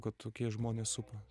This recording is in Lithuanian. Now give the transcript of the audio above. kad tokie žmonės supa